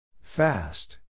Fast